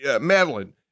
Madeline